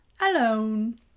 alone